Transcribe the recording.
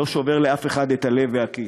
לא שובר לאף אחד את הלב והכיס,